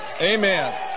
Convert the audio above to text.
Amen